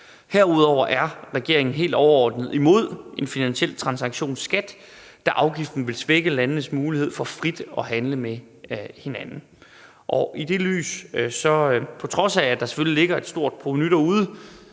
Herudover er regeringen helt overordnet imod en finansiel transaktionsskat, da afgiften vil svække landenes mulighed for frit at handle med hinanden. På trods af at der selvfølgelig ligger et stort provenu derude,